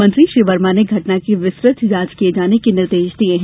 मंत्री श्री वर्मा ने घटना की विस्तृत जाँच किये जाने के निर्देश दिये हैं